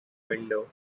window